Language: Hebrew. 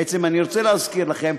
בעצם, אני רוצה להזכיר לכם: